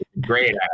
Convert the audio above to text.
great